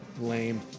Lame